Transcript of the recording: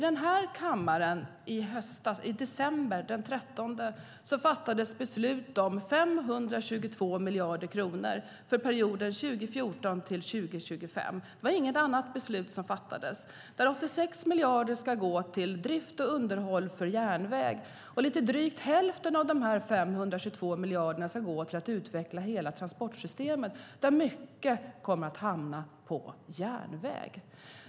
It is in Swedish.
Den 13 december förra året fattades här i kammaren beslut om 522 miljarder kronor för perioden 2014-2025. Det var inget annat beslut som fattades. 86 miljarder ska gå till drift och underhåll av järnvägen. Lite drygt hälften av dessa 522 miljarder ska gå till att utveckla hela transportsystemet, där mycket kommer att hamna på järnvägen.